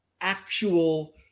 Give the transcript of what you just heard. actual